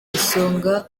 isonga